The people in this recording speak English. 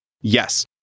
Yes